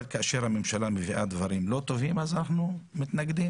אבל כאשר הממשלה מביאה דברים לא טובים אז אנחנו מתנגדים.